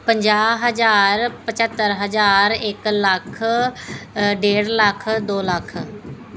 ਪੰਜਾਹ ਹਜ਼ਾਰ ਪਝੱਤਰ ਹਜ਼ਾਰ ਇੱਕ ਲੱਖ ਡੇਢ ਲੱਖ ਦੋ ਲੱਖ